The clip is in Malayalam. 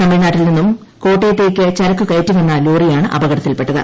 തമിഴ്നാട്ടിൽ നിന്നും കോട്ടയത്തേക്ക് ചരക്കു കയറ്റിവന്ന ലോറിയാണ് അപകടത്തിൽപ്പെട്ടത്